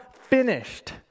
finished